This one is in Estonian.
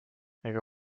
ega